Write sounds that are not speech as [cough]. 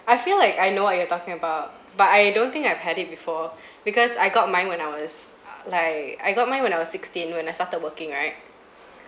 I feel like I know what you are talking about but I don't think I've had it before [breath] because I got mine when I was uh like I got mine when I was sixteen when I started working right [breath]